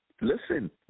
Listen